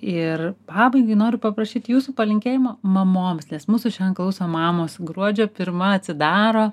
ir pabaigai noriu paprašyt jūsų palinkėjimo mamoms nes mūsų šiandien klauso mamos gruodžio pirma atsidaro